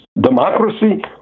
democracy